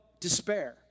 despair